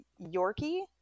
yorkie